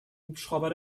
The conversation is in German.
hubschrauber